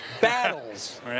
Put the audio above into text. battles